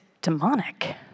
demonic